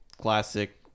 classic